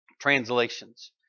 translations